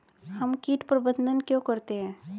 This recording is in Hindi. हम कीट प्रबंधन क्यों करते हैं?